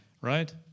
Right